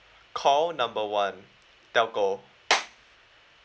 call number one telco